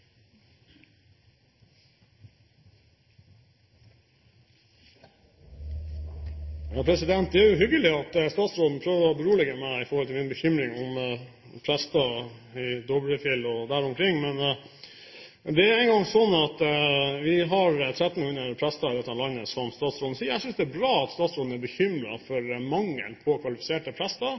hyggelig at statsråden prøver å berolige meg når det gjelder min bekymring rundt prester i Dovrefjell og der omkring, men det er nå engang slik at vi har 1 300 prester i dette landet, som statsråden sier. Jeg synes det er bra at statsråden er bekymret over mangelen på kvalifiserte